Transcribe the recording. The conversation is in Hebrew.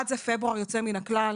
אחד זה "פברואר יוצא מן הכלל",